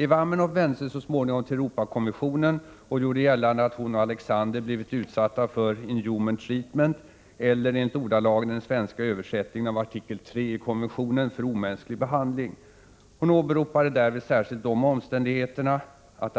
Eva Aminoff vände sig så småningom till Europakommissionen och gjorde gällande, att hon och Alexander blivit utsatta för ”inhuman treatment” eller, I enligt ordalagen i den svenska översättningen av artikel 3 i konventionen, för omänsklig behandling. 119 Hon åberopade därvid särskilt de omständigheterna O att